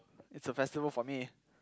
it's a festival for me